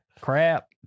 Crap